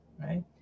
right